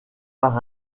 par